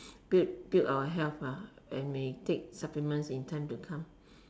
build build our health lah and may take supplements in time to come